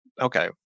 okay